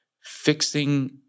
fixing